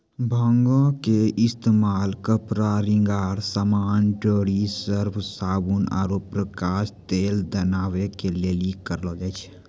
भांगो के इस्तेमाल कपड़ा, श्रृंगार समान, डोरी, सर्फ, साबुन आरु प्रकाश तेल बनाबै के लेली करलो जाय छै